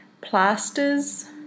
Plasters